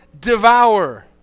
devour